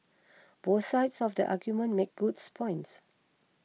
both sides of the argument make goods points